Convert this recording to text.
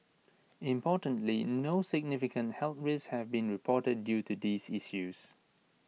importantly no significant health risks have been reported due to these issues